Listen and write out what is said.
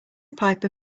piper